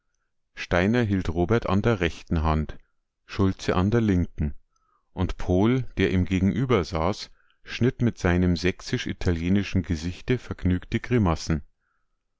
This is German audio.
steiner hielt robert an der rechten hand schulze an der linken und pohl der ihm gegenüber saß schnitt mit seinem sächsisch italienischen gesichte vergnügte grimassen